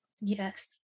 Yes